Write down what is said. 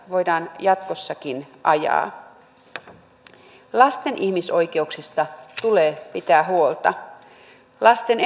voidaan jatkossakin ajaa lasten ihmisoikeuksista tulee pitää huolta lasten